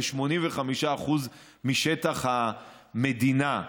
כ-85% משטח המדינה.